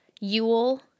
Yule